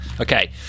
Okay